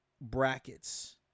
brackets